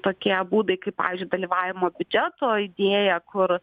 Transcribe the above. tokie būdai kaip pavyzdžiui dalyvavimo biudžeto idėja kur